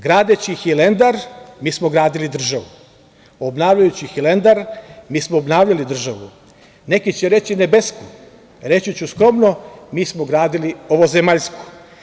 Gradeći Hilandar, mi smo gradili državu, obnavljajući Hilandar, mi smo obnavljali državu, neki će reći nebesku, reći su skromno, mi smo gradili ovozemaljsku.